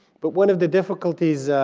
but one of the difficulties